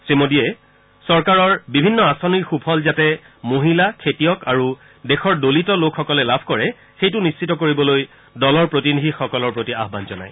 শ্ৰীমোদীয়ে লগতে চৰকাৰৰ বিভিন্ন আঁচনিৰ সুফল যাতে মহিলা খেতিয়ক আৰু দেশৰ দলিত সকলে লাভ কৰে তাক নিশ্চিত কৰিবলৈ দলৰ প্ৰতিনিধিসকলৰ প্ৰতি আহ্বান জনায়